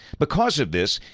because of this,